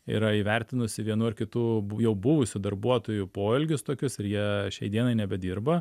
yra įvertinusi vienų ar kitų jau buvusių darbuotojų poelgius tokius ir jie šiai dienai nebedirba